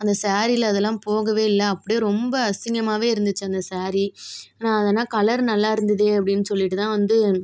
அந்த சாரீயில் அதெலாம் போகவே இல்லை அப்டேயே ரொம்ப அசிங்கமாகவே இருந்துச்சு அந்த சாரீ ஆனால் அது ஆனால் கலர் நல்லாருந்துதே அப்படின்னு சொல்லிட்டு தான் வந்து